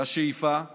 והשאיפה היא